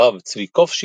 הרב צבי קופשיץ,